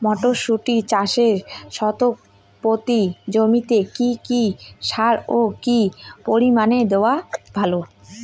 মটরশুটি চাষে শতক প্রতি জমিতে কী কী সার ও কী পরিমাণে দেওয়া ভালো?